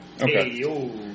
Okay